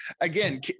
again